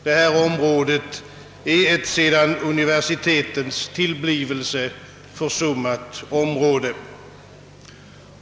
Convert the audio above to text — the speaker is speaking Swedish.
Detta är ett sedan universitetens tillblivelse försummat område.